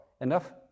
Enough